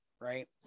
right